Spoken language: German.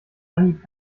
anhieb